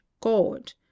God